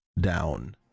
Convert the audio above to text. down